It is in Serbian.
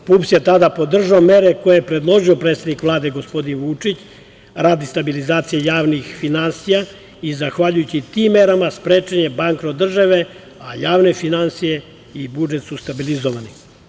Dakle, PUPS je tada podržao mere koje je predložio predsednik Vlade, gospodin Vučić, radi stabilizacije javnih finansija i zahvaljujući tim merama sprečen je bankrot države, a javne finansije i budžet su stabilizovani.